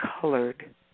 colored